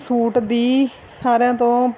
suit ਦੀ ਸਾਰਿਆਂ ਤੋਂ